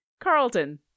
Carlton